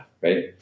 Right